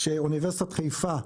שאוניברסיטת חיפה,